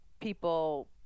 people